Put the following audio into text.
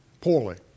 poorly